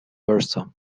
versa